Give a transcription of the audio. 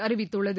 அறிவித்துள்ளது